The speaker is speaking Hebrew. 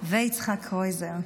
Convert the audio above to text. -- ויצחק קרויזר,